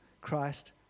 Christ